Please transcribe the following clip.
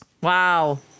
Wow